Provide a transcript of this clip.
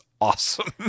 awesome